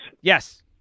Yes